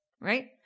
right